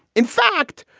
in fact,